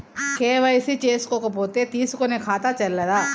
KYC చేసుకోకపోతే తీసుకునే ఖాతా చెల్లదా?